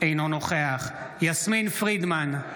אינו נוכח יסמין פרידמן,